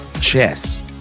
chess